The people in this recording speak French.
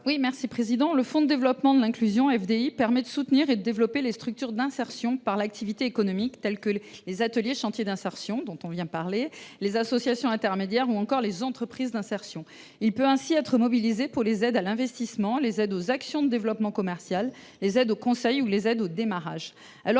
709 rectifié. Le fonds de développement de l’inclusion (FDI) permet de soutenir les structures d’insertion par l’activité économique, comme les ateliers et chantiers d’insertion, dont nous venons de parler, les associations intermédiaires ou les entreprises d’insertion. Il peut ainsi être mobilisé pour les aides à l’investissement, les aides aux actions de développement commercial, les aides au conseil ou les aides au démarrage.